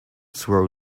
throw